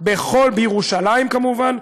בירושלים כמובן,